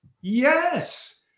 yes